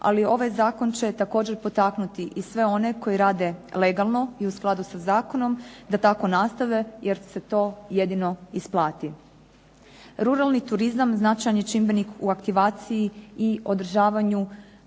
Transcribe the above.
ali ovaj zakon će također potaknuti i sve one koji rade legalno i u skladu sa zakonom da tako nastave jer se to jedino isplati. Ruralni turizam značajan je čimbenik u aktivaciji i održivom